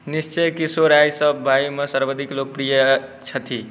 निश्चय किशोर आइ सभ भाइमे सर्वाधिक लोकप्रिय छथि